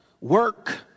work